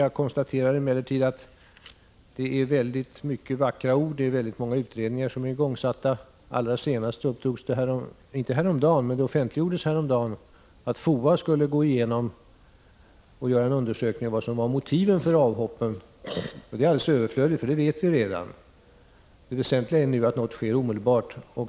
Jag konstaterar emellertid att det är väldigt många vackra ord som sägs och många utredningar som har igångsatts. Häromdagen offentliggjordes att FOA skulle gå igenom och göra en undersökning av vad som är motiven till avhoppen. Men det är alldeles överflödigt, för det vet vi redan. Det väsentliga nu är att något sker omedelbart.